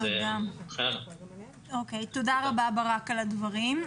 תודה רבה על הדברים.